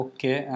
Okay